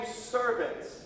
servants